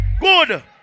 good